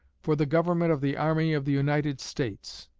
for the government of the army of the united states,